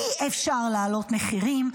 אי-אפשר להעלות מחירים.